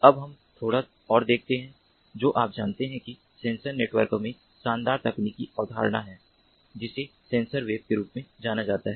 अब हम थोड़ा और देखते हैं जो आप जानते हैं कि सेंसर नेटवर्क में शानदार तकनीकी अवधारणा है जिसे सेंसर वेब के रूप में जाना जाता है